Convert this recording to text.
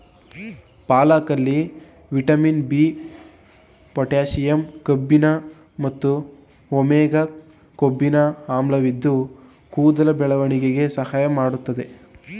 ಪಾಲಕಲ್ಲಿ vitamin B, potassium ಕಬ್ಬಿಣ ಮತ್ತು omega ಕೊಬ್ಬಿನ ಆಮ್ಲವಿದ್ದು ಕೂದಲ ಬೆಳವಣಿಗೆಗೆ ಸಹಾಯ ಮಾಡ್ತದೆ